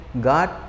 God